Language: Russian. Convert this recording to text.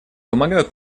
помогают